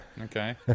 Okay